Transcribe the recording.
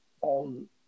on